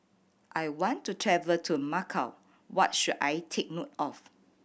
I want to travel to Macau what should I take note of